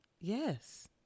Yes